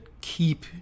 keep